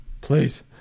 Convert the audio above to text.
please